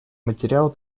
материал